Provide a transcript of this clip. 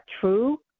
true